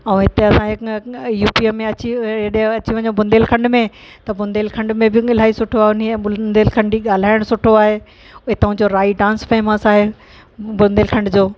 औरि हिते असां यूपीअ में अची हेॾे अची वञो बुंदेलखंड में त बुंदेलखंड में बि इलाही सुठो आहे उन जा बुंदेलखंडी ॻाल्हाइणु सुठो आहे हितां जो राई डांस फेमस आहे बुंदेलखंड जो